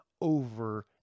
over